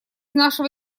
нашего